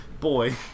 boy